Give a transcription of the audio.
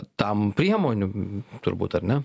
tam priemonių turbūt ar ne